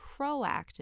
proactive